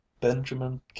Benjamin